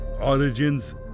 Origins